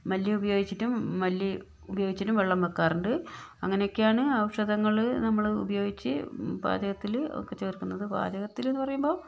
മല്ലി ഉപയോഗിച്ചിട്ടും മല്ലി ഉപയോഗിച്ചിട്ടും വെള്ളം വെക്കാറുണ്ട് അങ്ങനെയൊക്കെയാണ് ഔഷധങ്ങള് നമ്മള് ഉപയോഗിച്ച് പാചകത്തില് ഒക്കെ ചേർക്കുന്നത് പാചകത്തിലെന്ന് പറയുമ്പം